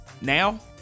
now